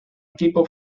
equipo